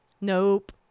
Nope